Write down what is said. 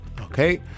Okay